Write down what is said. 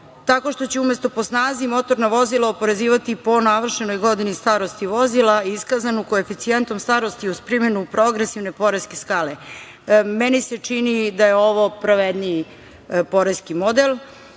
tako što će se, umesto po snazi, motorna vozila oporezivati po navršenoj godini starosti vozila iskazanu koeficijentom starosti, uz primenu progresivne poreske skale. Meni se čini da je ovo pravedniji poreski model. Iz